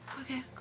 Okay